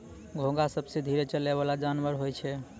घोंघा सबसें धीरे चलै वला जानवर होय छै